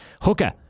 hooker